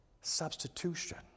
Substitution